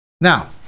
Now